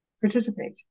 participate